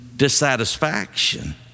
dissatisfaction